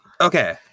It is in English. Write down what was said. Okay